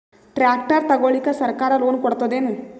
Tractor ತಗೊಳಿಕ ಸರ್ಕಾರ loan ಕೊಡತದೇನು?